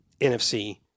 NFC